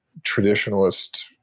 traditionalist